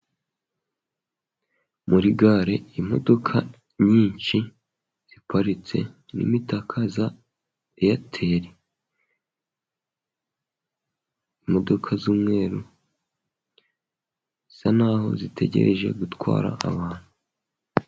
Muri gare imodoka nyinshi ziparitse n'imitaka za Eyateli . Imodoka z'umweru zisa n'aho zitegereje gutwara abantu.